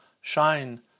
shine